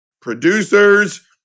Producers